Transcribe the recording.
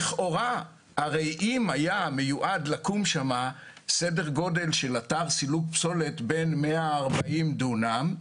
אם היה מיועד לקום שם אתר לסילוק פסולת של 140 דונם,